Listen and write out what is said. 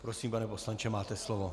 Prosím, pane poslanče, máte slovo.